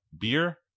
Beer